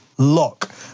Lock